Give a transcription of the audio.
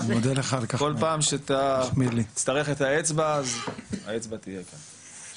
כל פעם שאתה תצטרך את האצבע אז האצבע תהיה כאן.